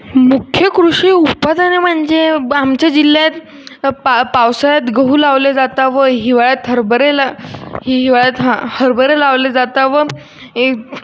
मुख्य कृषी उत्पादनं म्हणजे आमच्या जिल्ह्यात अपा पावसाळ्यात गहू लावले जाता व हिवाळ्यात हरभरे लाव हिवाळ्यात हां हरभरे लावले जाता व एक